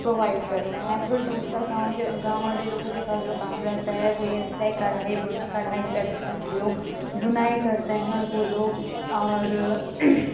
provide کرتے ہیں پھر دوسرا گاؤں کے گاؤں والے لوگوں کے پاس جو کام رہتا ہے وہ یہ رہتا ہے کڑھائی بُن کڑھائی کرتے ہیں لوگ بُنائی کرتے ہیں وہ لوگ اور